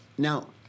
Now